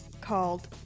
called